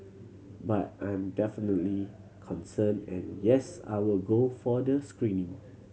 but I'm definitely concerned and yes I will go for the screening